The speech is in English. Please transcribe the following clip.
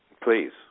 Please